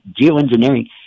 geoengineering